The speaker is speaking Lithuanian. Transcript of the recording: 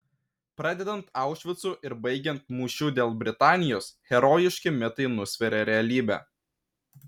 pradedant aušvicu ir baigiant mūšiu dėl britanijos herojiški mitai nusveria realybę